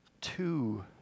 two